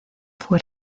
fue